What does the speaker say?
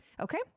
okay